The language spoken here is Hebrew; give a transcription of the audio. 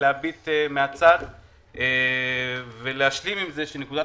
להביט מהצד ולהשלים עם זה שנקודת